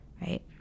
right